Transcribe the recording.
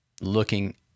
looking